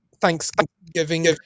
Thanksgiving